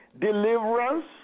deliverance